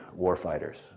warfighters